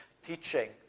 teaching